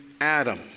Adam